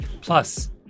Plus